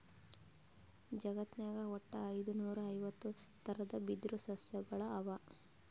ಜಗತ್ನಾಗ್ ವಟ್ಟ್ ಐದುನೂರಾ ಐವತ್ತ್ ಥರದ್ ಬಿದಿರ್ ಸಸ್ಯಗೊಳ್ ಅವಾ